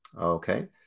Okay